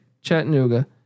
Chattanooga